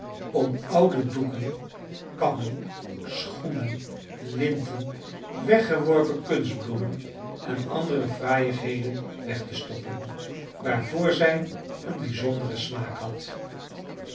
om oude doeken kammen schoenen linten weggeworpen kunstbloemen en andere fraaiïgheden weg te stoppen waarvoor zij een bijzonderen smaak had